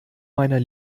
meiner